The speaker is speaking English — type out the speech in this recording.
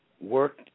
work